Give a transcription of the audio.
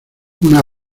una